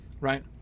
right